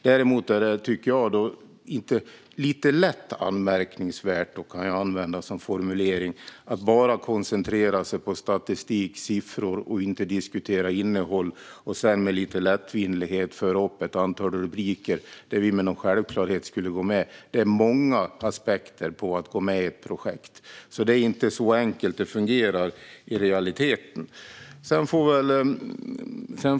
Däremot tycker jag att det är lite lätt anmärkningsvärt - jag kan använda den formuleringen - att bara koncentrera sig på statistik och siffror och låta bli att diskutera innehåll för att sedan med viss lättvindighet föra upp ett antal rubriker för vad Sverige med något slags självklarhet skulle gå med i. Det finns många aspekter i att gå med i ett projekt. Det är inte så enkelt, och det fungerar inte så här i realiteten.